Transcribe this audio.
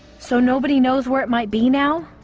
so nobody knows where it might be now,